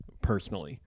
personally